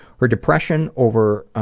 her depression over